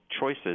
choices